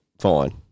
fine